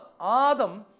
Adam